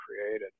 created